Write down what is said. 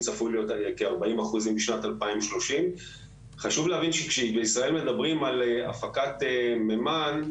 צפוי להיות כ-40% בשנת 2030. חשוב להבין שכשבישראל מדברים על הפקת מימן,